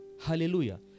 Hallelujah